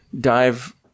dive